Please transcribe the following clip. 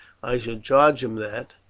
i shall charge him that,